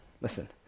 listen